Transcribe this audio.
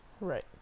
Right